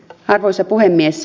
arvoisa puhemies